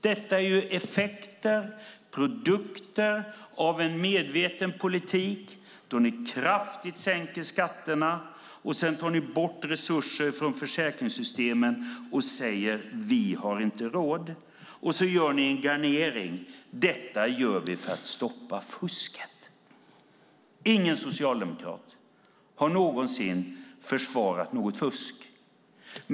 Det är effekter, produkter, av en medveten politik då ni kraftigt sänker skatterna och tar bort resurser från försäkringssystemen och säger: Vi har inte råd. Ni garnerar med: Detta gör vi för att stoppa fusket. Ingen socialdemokrat har någonsin försvarat fusk.